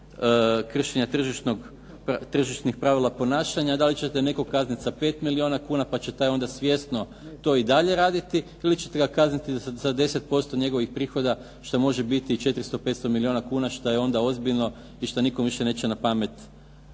prekršaji kršenja tržišnih pravila ponašanja. Da li ćete nekoga kazniti sa 5 milijuna kuna, pa će taj onda svjesno to i dalje raditi ili ćete ga kazniti sa 10% njegovih prihoda što može biti 400, 500 milijuna kuna što je onda ozbiljno i što neće nikom više na pamet